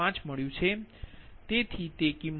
5 મળ્યું છે તેથી તે 2